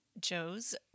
Joe's